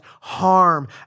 harm